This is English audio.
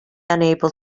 unable